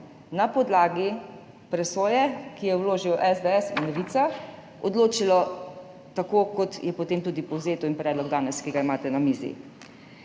na podlagi presoje, ki sta jo vložila SDS in Levica, odločilo tako, kot je potem tudi povzeto in danes predlog, ki ga imate na mizi.